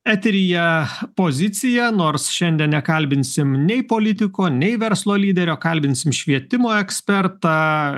eteryje pozicija nors šiandien nekalbinsim nei politiko nei verslo lyderio kalbinsim švietimo ekspertą